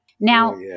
Now